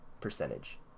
percentage